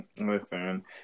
Listen